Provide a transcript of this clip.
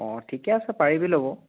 অঁ ঠিকে আছে পাৰিবি ল'ব